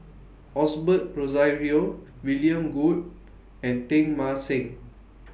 Osbert Rozario William Goode and Teng Mah Seng